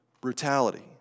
brutality